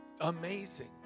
amazing